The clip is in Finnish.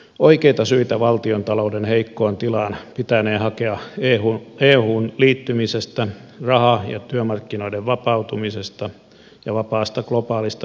oikeita syitä valtiontalouden heikkoon tilaan pitänee hakea euhun liittymisestä raha ja työmarkkinoiden vapautumisesta ja vapaasta globaalista kaupasta